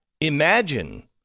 Imagine